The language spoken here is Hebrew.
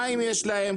מים יש להם,